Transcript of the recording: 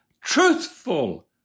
truthful